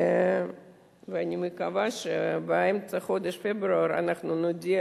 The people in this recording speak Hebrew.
ואני מקווה שבאמצע חודש פברואר אנחנו נודיע